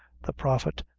the prophet,